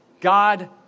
God